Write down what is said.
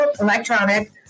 electronic